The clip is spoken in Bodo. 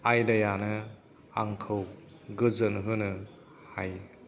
आयदायानो आंखौ गोजोन होनो हायो